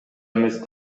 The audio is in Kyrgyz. эмес